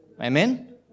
Amen